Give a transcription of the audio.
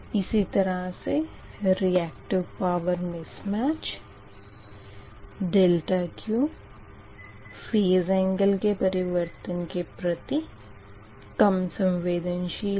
इसी तरह से reactive power mismatch ∆Q phase angle के परिवर्तन के प्रति कम संवेदनशील है